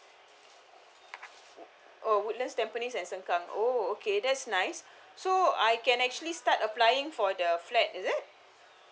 oh woodlands tampines and sengkang oh okay that's nice so I can actually start applying for the flat is it